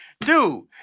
dude